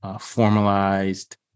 formalized